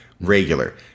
regular